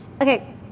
Okay